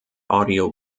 audio